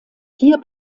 hier